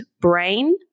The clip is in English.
brain